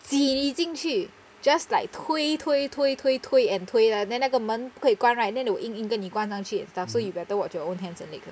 挤你进去 just like 推推推推推 and 推 lah then 那个门会关 right then they will 硬硬跟你关上去 and stuff so you better watch your own hands and legs lah